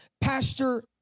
pastor